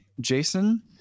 Jason